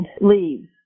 leaves